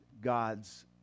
God's